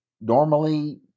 normally